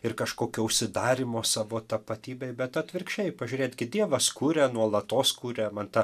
ir kažkokio užsidarymo savo tapatybėj bet atvirkščiai pažiūrėt gi dievas kuria nuolatos kuria man ta